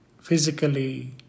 physically